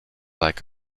like